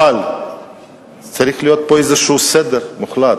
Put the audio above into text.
אבל צריך להיות פה איזה סדר מוחלט.